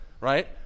right